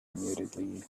immediately